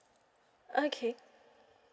okay